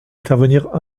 intervenir